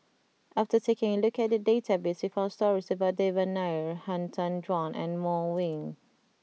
after taking a look at the database we found stories about Devan Nair Han Tan Juan and Wong Ming